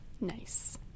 nice